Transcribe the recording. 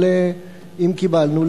אבל אם קיבלנו,